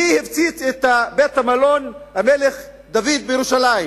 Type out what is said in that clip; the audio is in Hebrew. מי הפציץ את בית-מלון "המלך דוד" בירושלים?